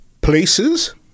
Places